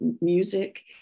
music